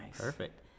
Perfect